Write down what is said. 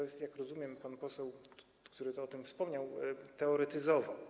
Jak rozumiem, pan poseł, który tu o tym wspomniał, teoretyzował.